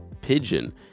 pigeon